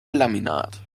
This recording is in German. laminat